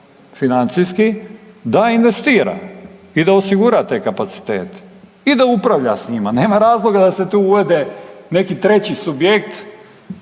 financijski da investira i da osigura te kapacitete i da upravlja s njima. Nema razloga da se tu uvede neki treći subjekt,